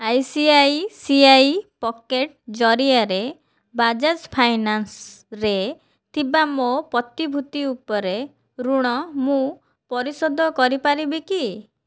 I C I C I pocket ଜରିଆରେ Bajaj finance ରେ ଥିବା ମୋ ପ୍ରତିଭୂତି ଉପରେ ଋଣ ମୁଁ ପରିଶୋଧ କରିପାରିବି କି